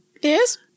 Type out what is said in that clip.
Yes